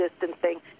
distancing